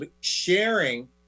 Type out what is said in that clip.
sharing